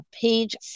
page